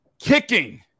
Kicking